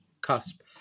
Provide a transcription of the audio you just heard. cusp